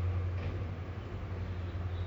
which is uh gaming